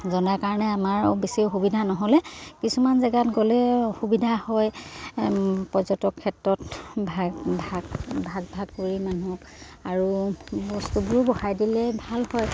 জনাৰ কাৰণে আমাৰ বেছি অসুবিধা নহ'লে কিছুমান জেগাত গ'লে অসুবিধা হয় পৰ্যটক ক্ষেত্ৰত ভাগ ভাগ ভাগ ভাগ কৰি মানুহক আৰু বস্তুবোৰো বঢ়াই দিলে ভাল হয়